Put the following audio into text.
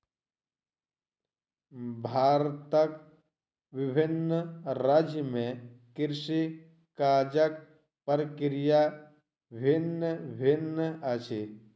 भारतक विभिन्न राज्य में कृषि काजक प्रक्रिया भिन्न भिन्न अछि